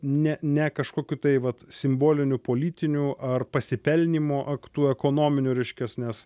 ne ne kažkokiu tai vat simboliniu politiniu ar pasipelnymo aktu ekonominiu reiškias nes